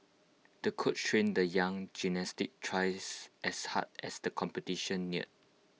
the coach trained the young gymnast twice as hard as the competition neared